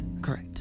Correct